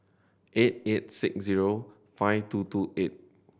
eight eight six zero five two two eight